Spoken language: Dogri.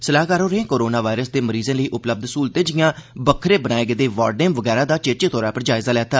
सलाहकार होरें कोरोना वायरस दे मरीजें लेई उपलब्ध स्हूलतें जिआं बक्खरे बनाए गेदे वार्डे वगैरा दा चेचे तौर पर जायजा लैता